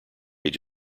age